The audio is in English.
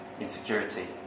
insecurity